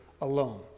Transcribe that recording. alone